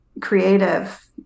creative